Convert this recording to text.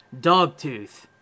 Dogtooth